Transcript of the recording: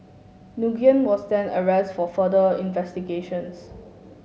Nguyen was then arrest for further investigations